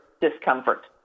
discomfort